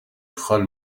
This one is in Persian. خال